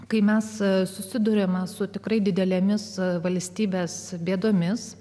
kai mes susiduriame su tikrai didelėmis valstybės bėdomis